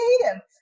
creative